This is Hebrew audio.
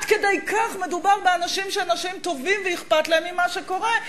עד כדי כך מדובר באנשים שהם אנשים טובים ואכפת להם ממה שקורה,